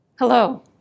Hello